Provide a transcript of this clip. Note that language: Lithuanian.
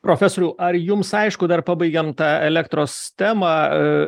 profesoriau ar jums aišku dar pabaigėm tą elektros temą